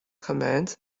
command